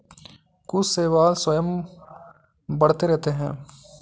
कुछ शैवाल स्वयं बढ़ते रहते हैं